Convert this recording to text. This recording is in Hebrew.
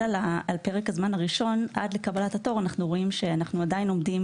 בפרק הזמן הראשון עד לקבל התור אנחנו עדיין עומדים